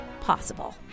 possible